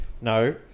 No